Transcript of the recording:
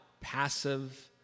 passive